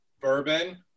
bourbon